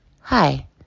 Hi